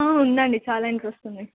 ఉందండి చాలా ఇంట్రెస్ట్ ఉంది